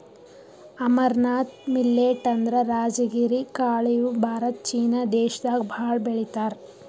amaranth millet ಅಂದ್ರ ರಾಜಗಿರಿ ಕಾಳ್ ಇವ್ ಭಾರತ ಚೀನಾ ದೇಶದಾಗ್ ಭಾಳ್ ಬೆಳಿತಾರ್